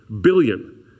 Billion